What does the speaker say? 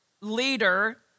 leader